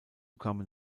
kamen